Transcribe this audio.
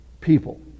people